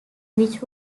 which